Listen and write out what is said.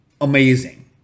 amazing